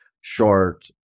short